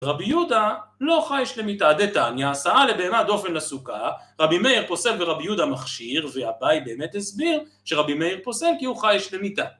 רבי יהודה לא חייש למיתה, דתניא, עשאה לבהמה דופן לסוכה, רבי מאיר פוסל ורבי יהודה מכשיר, ואביי באמת הסביר שרבי מאיר פוסל כי הוא חייש למיתה